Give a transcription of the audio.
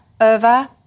over